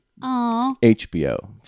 HBO